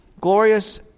glorious